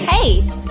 Hey